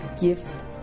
gift